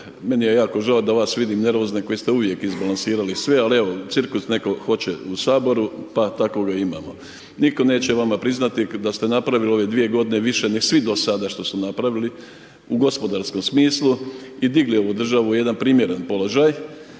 meni je jako žao da vas vidim nervozne koji ste uvijek izbalansirali sve, ali evo cirkus ne'ko hoće u Saboru, pa tako ga imamo. Nitko neće vama priznati da ste napravili ove dvije godine više nego svi do sada što su napravili u gospodarskom smislu, i digli ovu državu u jedan primjeran položaj.